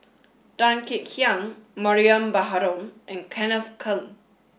Tan Kek Hiang Mariam Baharom and Kenneth Keng